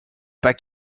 pas